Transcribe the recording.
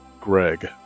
Greg